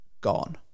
Gone